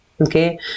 okay